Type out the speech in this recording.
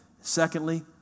Secondly